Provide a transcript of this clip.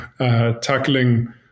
tackling